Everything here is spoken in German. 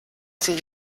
sie